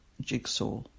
jigsaw